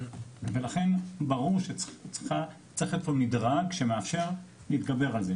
לכן ברור שצריך להיות פה מדרג שמאפשר להתגבר על זה.